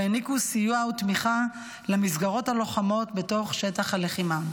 והעניקו סיוע ותמיכה למסגרות הלוחמות בתוך שטח הלחימה.